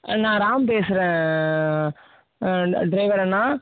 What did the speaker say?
நான் ராம் பேசுறேன் டிரைவர் அண்ணா